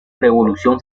revolución